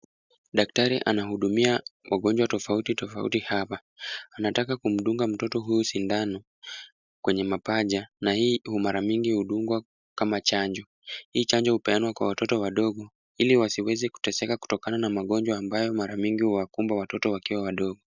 Daktari anamhudumia wagonjwa tofauti tofauti hapa anataka kumdunga mtoto huyu sindano kwenye mapaja na hii mara mingi hudungwa kama chanjo, hii chanjo upeanwa kwa watoto ili waziweze kuteseka kutokana na magonjwa ambayo mara mingi huwakumba wakiwa watoto wadogo.